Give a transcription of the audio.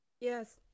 Yes